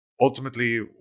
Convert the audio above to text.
Ultimately